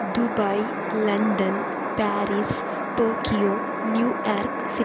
Dubai London Paris Tokyo New York city